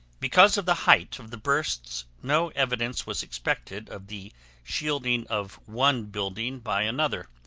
because of the height of the bursts no evidence was expected of the shielding of one building by another,